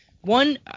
one